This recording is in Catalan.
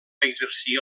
exercir